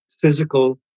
physical